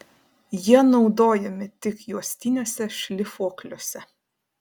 jie naudojami tik juostiniuose šlifuokliuose